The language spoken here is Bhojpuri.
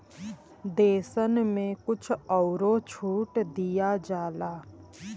देसन मे कुछ अउरो छूट दिया जाला